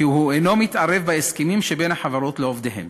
הוא אינו מתערב בהסכמים שבין החברות לעובדיהן.